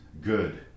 good